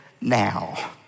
now